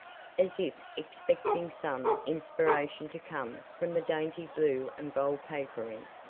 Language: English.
as if expecting some inspiration to come from the dainty blue and gold papering.